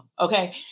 Okay